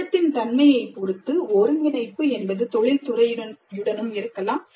திட்டத்தின் தன்மையைப் பொறுத்து ஒருங்கிணைப்பு என்பது தொழில்துறையுடனும் இருக்கலாம்